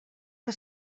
que